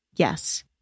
Yes